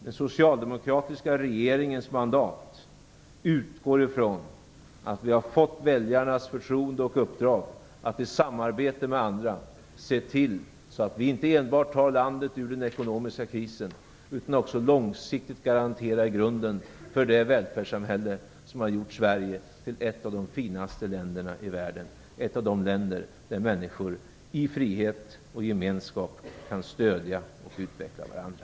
Den socialdemokratiska regeringens mandat utgår ifrån att vi har fått väljarnas förtroende och uppdrag att i samarbete med andra se till att vi inte enbart tar landet ur den ekonomiska krisen, utan också att vi långsiktigt garanterar grunden för det välfärdssamhälle som har gjort Sverige till ett av de finaste länderna i världen, ett av de länder där människor i frihet och gemenskap kan stödja och utveckla varandra.